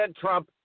Trump